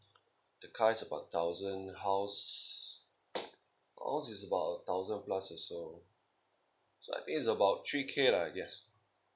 the car is about thousand house house is about a thousand plus also so I think it's about three K lah I guess